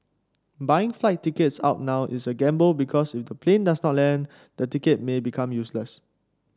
buying flight tickets out now is a gamble because if the plane does not land the ticket may become useless